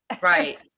Right